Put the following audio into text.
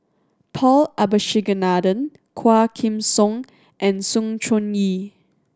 Paul Abisheganaden Quah Kim Song and Sng Choon Yee